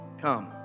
come